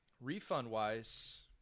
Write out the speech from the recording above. refund-wise